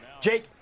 Jake